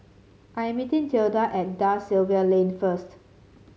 I meeting Tilda at Da Silva Lane first